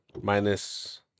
minus